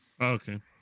Okay